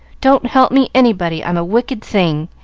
don't help me, anybody i'm a wicked thing,